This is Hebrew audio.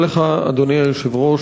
אדוני היושב-ראש,